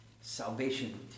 salvation